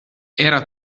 era